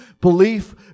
Belief